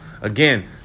again